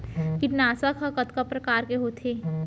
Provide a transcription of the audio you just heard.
कीटनाशक ह कतका प्रकार के होथे?